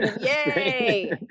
Yay